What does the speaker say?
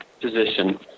position